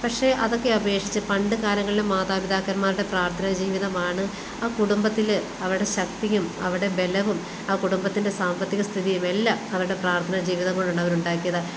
പക്ഷേ അതൊക്കെ അപേക്ഷിച്ച് പണ്ട് കാലങ്ങളിൽ മാതാപിതാക്കന്മാരുടെ പ്രാർത്ഥനാ ജീവിതമാണ് ആ കുടുംബത്തിൽ അവരുടെ ശക്തിയും അവരുടെ ബലവും കുടുമ്പത്തിന്റെ സാമ്പത്തിക സ്ഥിതിയുമെല്ലാം അവരുടെ പ്രാർത്ഥനാ ജീവിതം കൊണ്ട് അവര് ഉണ്ടാക്കിയതാണ്